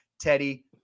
Teddy